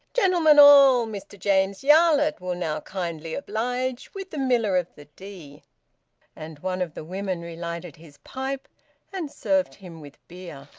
gentlemen all, mr james yarlett will now kindly oblige with the miller of the dee and one of the women relighted his pipe and served him with beer.